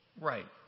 right